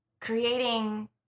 creating